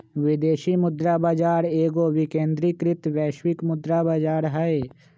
विदेशी मुद्रा बाजार एगो विकेंद्रीकृत वैश्विक मुद्रा बजार हइ